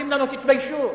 אומרים לנו: תתביישו.